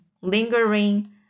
lingering